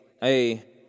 hey